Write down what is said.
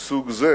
מסוג זה